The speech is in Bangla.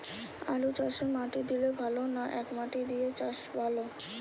আলুচাষে মাটি দিলে ভালো না একমাটি দিয়ে চাষ ভালো?